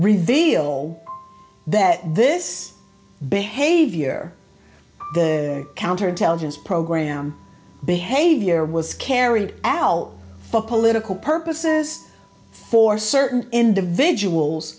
reveal that this behavior counter intelligence program behavior was carried out for political purposes for certain individuals